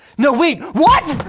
no wait! what?